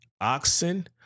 oxen